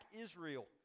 Israel